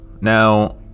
Now